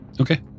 Okay